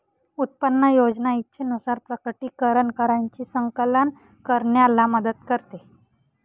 उत्पन्न योजना इच्छेनुसार प्रकटीकरण कराची संकलन करण्याला मदत करते